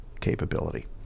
capability